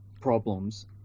problems